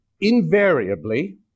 invariably